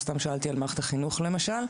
לא סתם שאלתי על מערכת החינוך למשל.